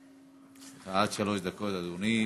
עד שלוש דקות, אדוני.